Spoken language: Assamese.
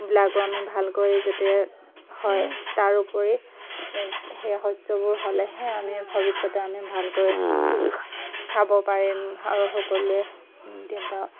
বিলাকো আমি ভালকৈ যাতে হয় তাৰ উপৰি সেই শস্যবোৰ হ'লেহে আমি ভৱিষ্যতে আমি ভালকৈ খাব পাৰিম আৰু সকলোৱে